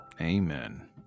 Amen